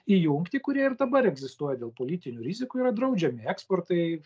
įjungti kurie ir dabar egzistuoja dėl politinių rizikų yra draudžiami eksportai